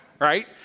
right